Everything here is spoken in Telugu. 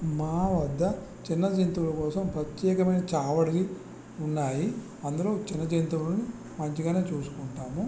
మా వద్ద చిన్న జంతువుల కోసం ప్రత్యేకమైన చావడి ఉన్నాయి అందులో చిన్న జంతువులు మంచిగానే చూసుకుంటాము